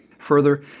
Further